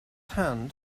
hand